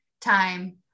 time